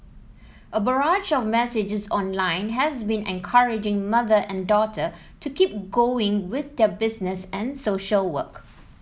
a barrage of messages online has been encouraging mother and daughter to keep going with their business and social work